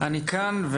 אני כאן.